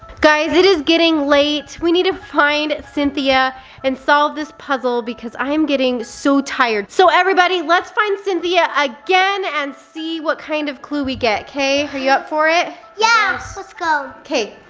guys it is getting late, we need to find cynthia and solve this puzzle because i am getting so tired. so, everybody, let's find cynthia again and see what kind of clue we get, kay? are you up for it? yeah, let's go. kay.